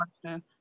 question